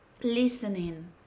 listening